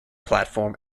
platform